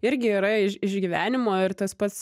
irgi yra iš iš gyvenimo ir tas pats